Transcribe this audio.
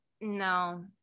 no